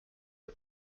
are